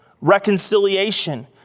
reconciliation